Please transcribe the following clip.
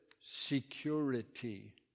security